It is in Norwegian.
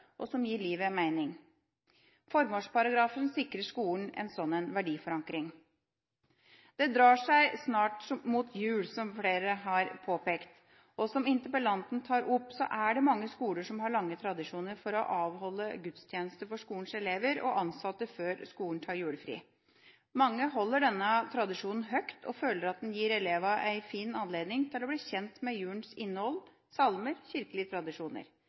og som gir livet mening. Formålsparagrafen sikrer skolen en sånn verdiforankring. Det drar seg snart mot jul, som flere har påpekt, og som interpellanten tar opp, er det mange skoler som har lange tradisjoner for å avholde gudstjeneste for skolens elever og ansatte, før skolen tar julefri. Mange holder denne tradisjonen høyt og føler at den gir elevene en fin anledning til å bli kjent med julens innhold, salmer og kirkelige tradisjoner.